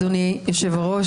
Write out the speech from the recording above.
אדוני היושב-ראש,